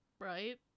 Right